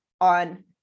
on